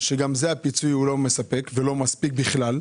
וגם שם הפיצוי לא מספק ולא מספיק בכלל.